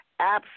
Apps